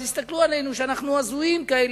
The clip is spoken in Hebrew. אז הסתכלו עלינו שאנחנו הזויים כאלה,